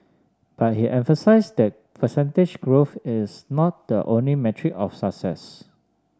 but he emphasised that percentage growth is not the only metric of success